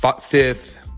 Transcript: fifth